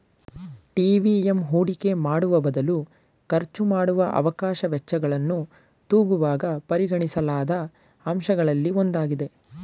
TVM ಹೂಡಿಕೆ ಮಾಡುವಬದಲು ಖರ್ಚುಮಾಡುವ ಅವಕಾಶ ವೆಚ್ಚಗಳನ್ನು ತೂಗುವಾಗ ಪರಿಗಣಿಸಲಾದ ಅಂಶಗಳಲ್ಲಿ ಒಂದಾಗಿದೆ